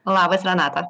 labas renata